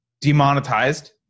demonetized